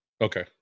okay